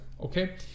Okay